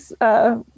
Yes